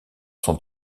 sont